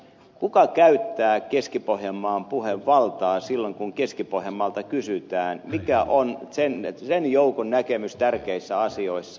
kuka käyttää keski pohjanmaan puhevaltaa silloin kun keski pohjanmaalta kysytään mikä on sen joukon näkemys tärkeissä asioissa